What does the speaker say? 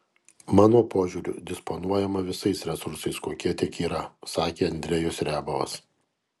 mano požiūriu disponuojama visais resursais kokie tik yra sakė andrejus riabovas